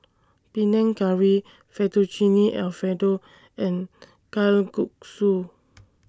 Panang Curry Fettuccine Alfredo and Kalguksu